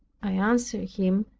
i answered him,